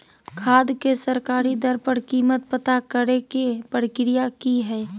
खाद के सरकारी दर पर कीमत पता करे के प्रक्रिया की हय?